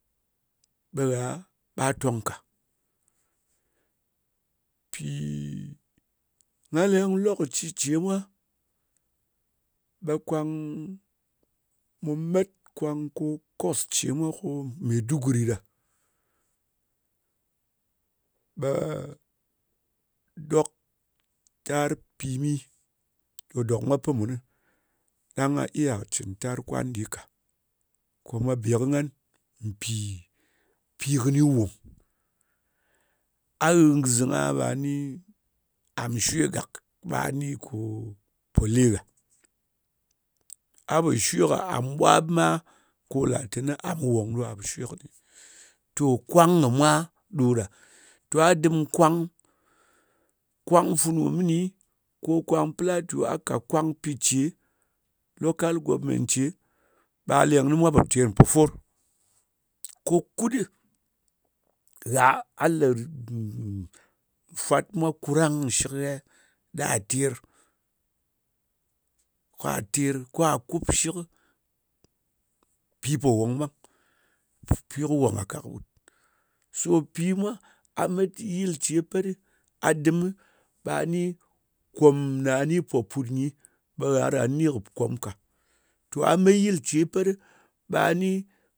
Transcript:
Ba gha a ton ka pi gha leng lokaci ci mwa, ɓa kwang mu mat kwang nko cos ce mwak ko maiduguri ɗa, ɓa'a ɗok tar pimi ko dok mwa pinmu, ɗang gha iya cin tar kwan ɗi ka ko ma be kɨ ghan npi pi kɨni won. A ghin gizing a ha ɓa a ni am shwe gak ɓa a ni ko po pole gha. A ɓa shwe kɨ am ɓwab ma, ko ltini am won ɗo a pa shwe kɨ ni gak. Toh kwang kimwa ɗoɗa. Toh a dim kwang, kwang funu mini, ko kwang plat ni, a kat kwang ce local government ce, ɓa a leng mwa pa ter npo for ko kud, gha a la rip fwat ma kurang shik ghe, ɗan gha ter, ko a ter, ka ater, kwa kup shik, pi pa won ɓang. Mpi kɨ won gha kak ɓut so pimwa a mat yilce pat, a dim, ɓa a ni kom nani pa put nyi ɓa a ni ki kom ka. Toha mat yil ce pat ɓa a ni